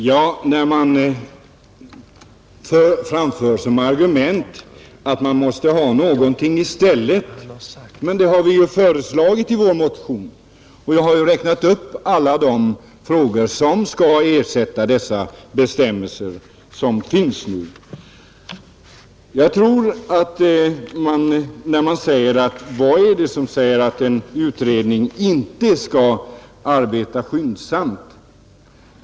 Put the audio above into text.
Herr talman! Man framför som argument att man måste ha någonting i stället. Det har vi föreslagit i vår motion och jag har räknat upp allt det som skall ersätta de bestämmelser som finns nu. Man frågar vad det är som säger att en utredning inte skall arbeta skyndsamt.